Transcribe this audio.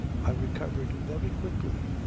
i recovered very quickly.